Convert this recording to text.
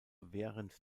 während